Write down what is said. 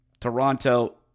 Toronto